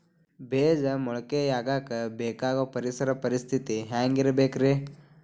ಬೇಜ ಮೊಳಕೆಯಾಗಕ ಬೇಕಾಗೋ ಪರಿಸರ ಪರಿಸ್ಥಿತಿ ಹ್ಯಾಂಗಿರಬೇಕರೇ?